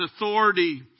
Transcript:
authority